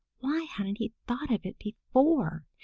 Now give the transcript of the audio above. why hadn't he thought of it before?